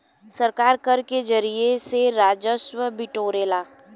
सरकार कर के जरिया से राजस्व बिटोरेला